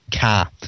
car